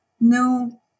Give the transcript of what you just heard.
no